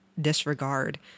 disregard